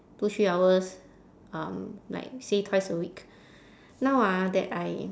two three hours um like say twice a week now ah that I